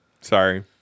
sorry